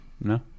No